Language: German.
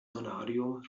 vanadium